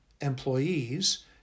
employees